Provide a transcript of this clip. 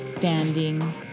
standing